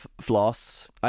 floss